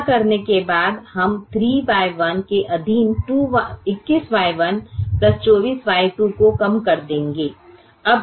ऐसा करने के बाद हम 3Y1 के अधीन 21Y1 24Y2 को कम कर देंगे